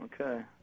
Okay